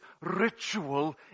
ritual